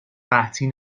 قحطی